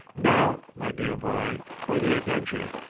now, my dear boy, for the adventure.